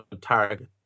target